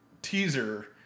teaser